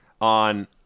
on